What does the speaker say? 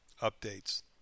Updates